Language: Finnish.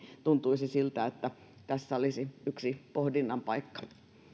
tuntuisi siltä että tässä olisi yksi pohdinnan paikka